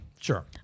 sure